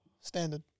Standard